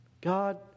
God